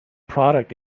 product